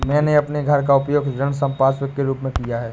मैंने अपने घर का उपयोग ऋण संपार्श्विक के रूप में किया है